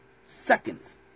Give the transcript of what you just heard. seconds